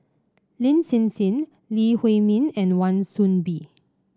Lin Hsin Hsin Lee Huei Min and Wan Soon Bee